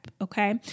Okay